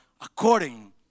according